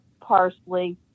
parsley